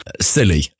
silly